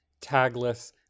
tagless